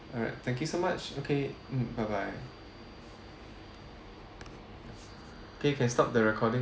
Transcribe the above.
alright thank you so much okay mm bye bye K you can stop the recording